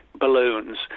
balloons